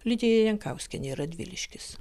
lidija jankauskienė radviliškis